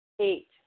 Eight